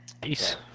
Peace